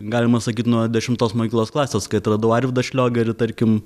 galima sakyt nuo dešimtos mokyklos klasės kai atradau arvydą šliogerį tarkim